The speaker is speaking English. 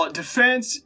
Defense